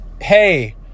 Hey